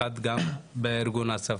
וגם בארגון אס"ף.